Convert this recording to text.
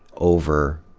over.